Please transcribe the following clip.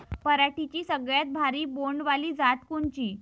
पराटीची सगळ्यात भारी बोंड वाली जात कोनची?